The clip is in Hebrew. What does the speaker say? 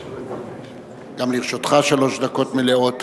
גם לרשותך שלוש דקות מלאות.